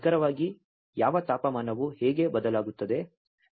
ಮತ್ತು ನಿಖರವಾಗಿ ಯಾವ ತಾಪಮಾನವು ಹೇಗೆ ಬದಲಾಗುತ್ತದೆ